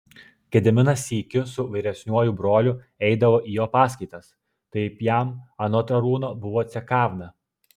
gediminas sykiu su vyresniuoju broliu eidavo į jo paskaitas taip jam anot arūno buvo cekavna